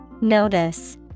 Notice